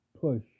push